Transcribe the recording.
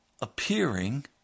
appearing